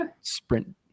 sprint